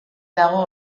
dago